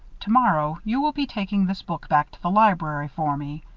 tomorrow, you will be taking this book back to the library for me.